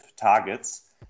targets